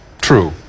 true